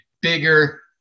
bigger